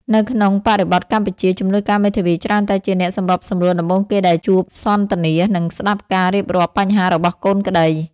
នៅក្នុងបរិបទកម្ពុជា ជំនួយការមេធាវីច្រើនតែជាអ្នកសម្របសម្រួលដំបូងគេដែលជួបសន្ទនា និងស្តាប់ការរៀបរាប់បញ្ហារបស់កូនក្តី។